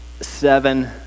seven